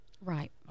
Right